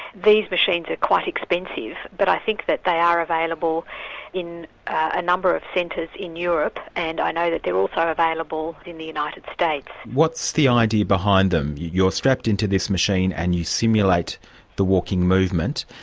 these machines are quite expensive, but i think that they are available in a number of centres in europe, and i know that they're also available in the united states. what's the idea behind them? you're strapped into this machine and you simulate the walking movement,